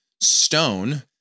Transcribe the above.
stone